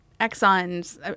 Exxon's